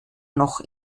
noch